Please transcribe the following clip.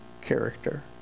character